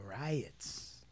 riots